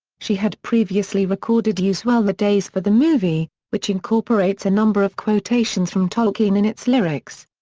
she had previously recorded use well the days for the movie, which incorporates a number of quotations from tolkien in its lyrics.